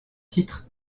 titre